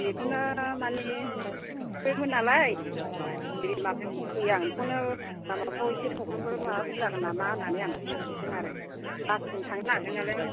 बेखौनो मानि सौफैबायमोन नालाय बे माबायावनो दंफैयो आं बेखौनो लामाफ्राव एसे प्रब्लेमफोर माबाफोर जागोन नामा होनानै आं बेखौनो सोंहरदों आरो बासजों थांनो नागिरदों नालाय आं